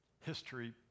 history